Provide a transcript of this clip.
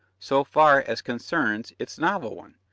so far as concerns its novel one.